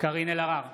קארין אלהרר,